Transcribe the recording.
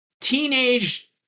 teenage